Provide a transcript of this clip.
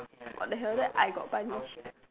what the hell then I got punished